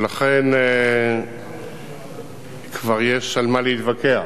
ולכן כבר יש על מה להתווכח.